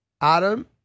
adam